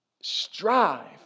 strive